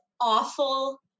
awful